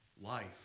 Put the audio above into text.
life